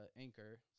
Anchor